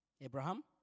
Abraham